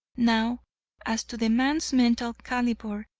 now as to the man's mental calibre,